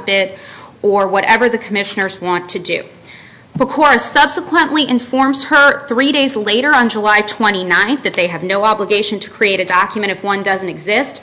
bit or whatever the commissioners want to do because subsequently informs her three days later on july twenty ninth that they have no obligation to create a document if one doesn't exist